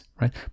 right